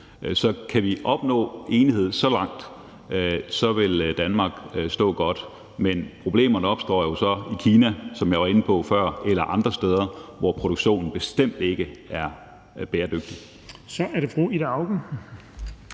Så kan vi opnå enighed så langt, vil Danmark stå godt, men problemerne opstår jo så i Kina, som jeg var inde på før – eller andre steder – hvor produktionen bestemt ikke er bæredygtig. Kl. 14:50 Den